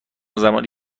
زمانی